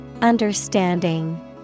Understanding